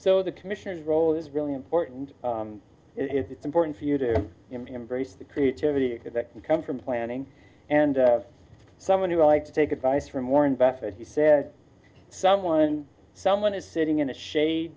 so the commissioners role is really important and it's important for you to embrace the creativity because that can come from planning and someone who would like to take advice from warren buffett he said someone someone is sitting in the shade